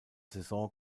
saison